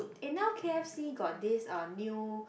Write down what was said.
eh now k_f_c got this uh new